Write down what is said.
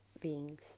beings